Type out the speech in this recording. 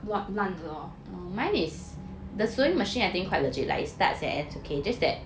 what 烂的 lor